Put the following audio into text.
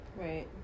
right